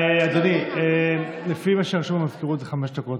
אדוני, לפי מה שרשום במזכירות, חמש דקות.